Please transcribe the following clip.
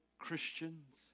Christians